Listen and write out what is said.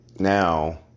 Now